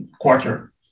quarter